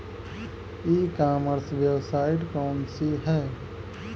ई commerce website कौन सी है?